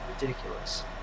ridiculous